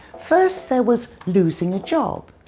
first there was losing a job.